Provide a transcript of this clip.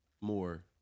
More